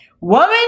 woman